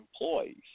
employees